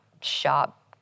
shop